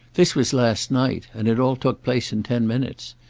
this was last night, and it all took place in ten minutes.